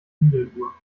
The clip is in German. pendeluhr